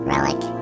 Relic